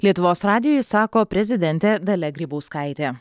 lietuvos radijui sako prezidentė dalia grybauskaitė